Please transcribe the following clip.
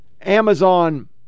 Amazon